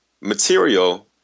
material